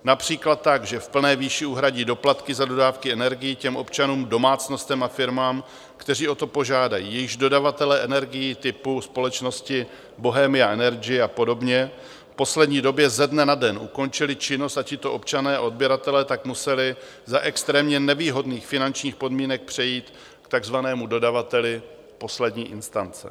Například tak, že v plné výši uhradí doplatky za dodávky energií těm občanům, domácnostem a firmám, kteří o to požádají, jejichž dodavatelé energií typu společnosti Bohemia Energy a podobně v poslední době ze dne na den ukončili činnost, a tito občané odběratelé tak museli za extrémně nevýhodných finančních podmínek přejít k takzvanému dodavateli poslední instance.